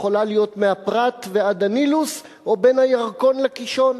יכולה להיות מהפרת ועד הנילוס או בין הירקון לקישון.